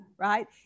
right